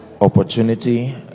opportunity